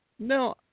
No